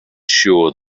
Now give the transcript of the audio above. sure